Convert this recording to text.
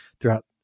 throughout